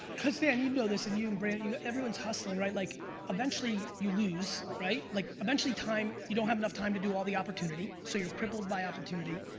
cause dan, you know this in you and bran everyone's hustling right? like eventually you lose, right? like eventually time, you don't have enough time to do all the opportunity, so you're crippled by opportunity.